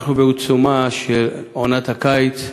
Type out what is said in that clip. אנחנו בעיצומה של עונת הקיץ.